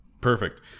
Perfect